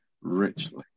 richly